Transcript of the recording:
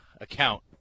account